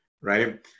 right